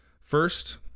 First